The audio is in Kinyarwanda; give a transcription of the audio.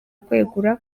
kwegura